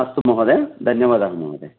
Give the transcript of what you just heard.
अस्तु महोदय धन्यवादः महोदय